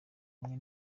umwe